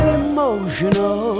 emotional